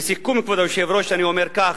לסיכום, כבוד היושב-ראש, אני אומר כך: